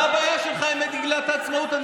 מה הבעיה שלך עם מגילת העצמאות?